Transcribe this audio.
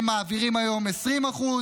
הם מעבירים היום 20%,